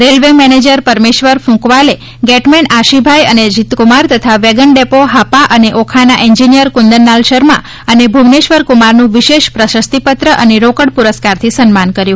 railway manager Parmeshwar Phunkwale gateman Ashibhai અને અજીતકુમાર તથા wagon depot Hapa અને ઓખાના એન્જીનીયર કુંદનલાલ શર્મા અને ભુવનેશ્વરકુમારનું વિશેષ પ્રશસ્તિપત્ર અને રોકડ પુરસ્કારથી સન્માન કર્યું